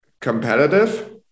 competitive